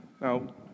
Now